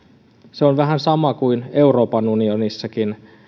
se on vähän sama kuin euroopan unionissakin